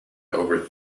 over